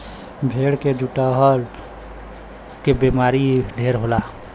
भेड़ के खजुहट के बेमारी ढेर होला